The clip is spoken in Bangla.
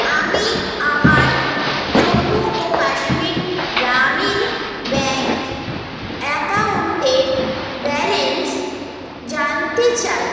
আমি আমার জম্মু ও কাশ্মীর গ্রামীণ ব্যাঙ্ক অ্যাকাউন্টের ব্যালেন্স জানতে চাই